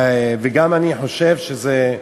וגם אני חושב שזה,